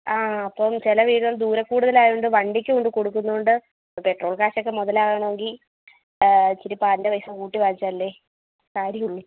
ആ അപ്പം ചില വീടുകൾ ദൂരക്കൂടുതൽ ആയതുകൊണ്ട് വണ്ടിക്ക് കൊണ്ടുക്കൊടുക്കുന്നതുകൊണ്ട് പെട്രോൾ കാശൊക്കെ മുതലാകണമെങ്കിൽ ഇച്ചിരി പാലിൻ്റെ പൈസ കൂട്ടി വാങ്ങിച്ചാലല്ലേ കാര്യമുള്ളൂ